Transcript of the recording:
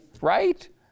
right